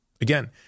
Again